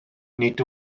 nid